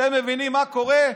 אתם מבינים מה קורה?